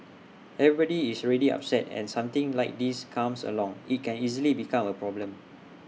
everybody is already upset and something like this comes along IT can easily become A problem